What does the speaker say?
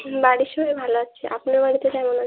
হুম বাড়ির সবাই ভালো আছে আপনার বাড়িতে কেমন আছে